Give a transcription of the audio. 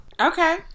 Okay